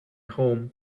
home